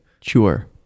sure